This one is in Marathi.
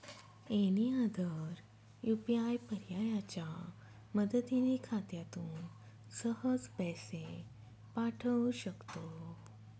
एनी अदर यु.पी.आय पर्यायाच्या मदतीने खात्यातून सहज पैसे पाठवू शकतो